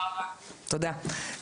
תודה..